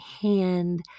hand